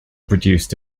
produced